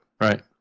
Right